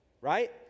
right